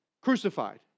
Crucified